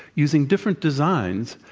using different designs,